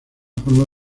forma